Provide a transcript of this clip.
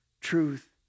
truth